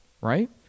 right